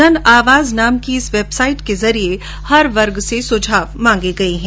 जन आवाज नाम की इस वेबसाइट के जरिये हर वर्ग से सुझाव मांगे गए हैं